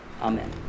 Amen